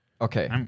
Okay